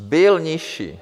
Byl nižší.